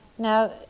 Now